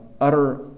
utter